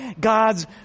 God's